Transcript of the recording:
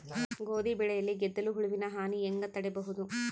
ಗೋಧಿ ಬೆಳೆಯಲ್ಲಿ ಗೆದ್ದಲು ಹುಳುವಿನ ಹಾನಿ ಹೆಂಗ ತಡೆಬಹುದು?